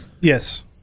Yes